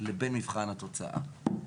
לבין מבחן התוצאה.